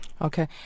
Okay